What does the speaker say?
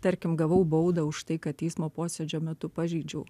tarkim gavau baudą už tai kad teismo posėdžio metu pažeidžiau